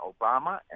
Obama